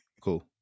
Cool